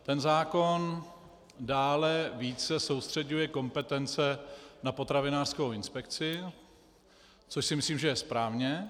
Ten zákon dále více soustřeďuje kompetence na potravinářskou inspekci, což si myslím, že je správně.